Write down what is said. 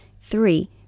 Three